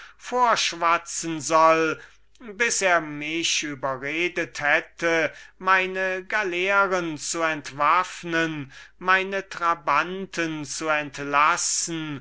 vorschwatzen sollte bis ich mich überreden ließe meine galeeren zu entwaffnen meine trabanten zu entlassen